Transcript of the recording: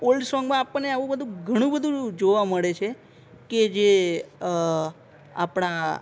આ ઓલ્ડ સોંગમાં આપણને આવું બધું ઘણું બધુ જોવા મળે છે કે જે આપણા